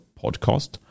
podcast